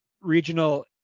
regional